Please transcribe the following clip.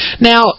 Now